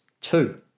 two